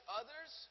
others